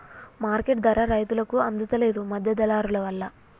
market ధర రైతుకు అందుత లేదు, మధ్య దళారులవల్ల